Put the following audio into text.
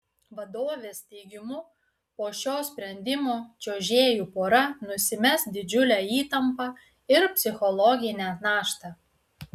vadovės teigimu po šio sprendimo čiuožėjų pora nusimes didžiulę įtampą ir psichologinę naštą